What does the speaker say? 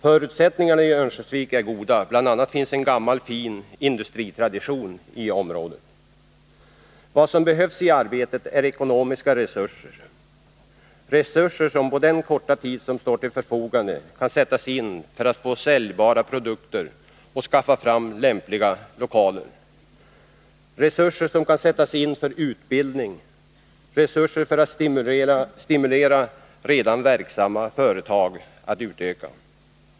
Förutsättningarna i Örnsköldsvik är goda. Bl. a. finns en gammal fin industritradition i området. Vad som behövs i arbetet är ekonomiska resurser — resurser som på den korta tid som står till förfogande kan sättas in för att få fram säljbara produkter och skaffa fram lämpliga lokaler, resurser som kan sättas in för utbildning, resurser för att stimulera redan verksamma företag att utöka.